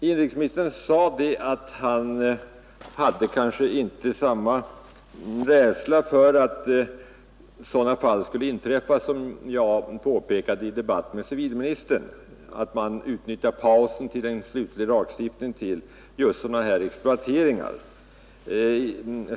Inrikesministern sade att han inte var så rädd för att sådana fall skulle inträffa som de jag pekade på i min debatt med civilministern, nämligen att man utnyttjar pausen intill en slutlig lagstiftning till icke godtagbara exploateringar.